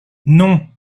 non